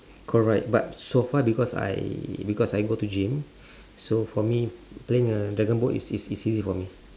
correct but so far because I because I go to gym so for me playing the dragonboat is is easy for me